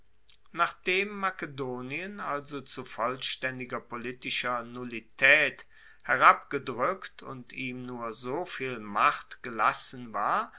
nachdem makedonien also zu vollstaendiger politischer nullitaet herabgedrueckt und ihm nur so viel macht gelassen war